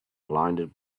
blinded